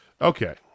Okay